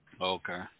Okay